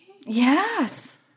Yes